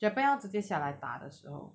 japan 要直接下来打的时候